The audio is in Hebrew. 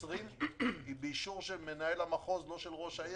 ל-20 היא באישור מנהלי המחוז - לא ראש העיר.